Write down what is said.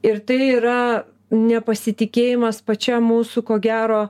ir tai yra nepasitikėjimas pačia mūsų ko gero